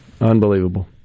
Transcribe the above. Unbelievable